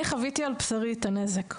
אני חוויתי על בשרי את הנזק.